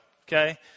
Okay